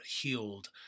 healed